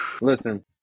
Listen